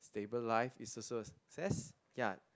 stable life is also a success ya